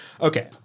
Okay